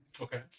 Okay